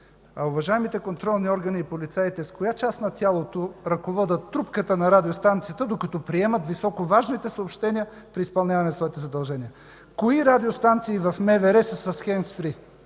А уважаемите контролни органи и полицаите с коя част на тялото ръководят трупката на радиостанцията, докато приемат високо важните съобщения при изпълнение на своите задължения? Кои радиостанции в МВР са с хендсфри?